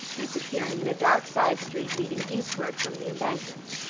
disappearing in a dark side street leading eastward from the embankment.